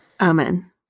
Amen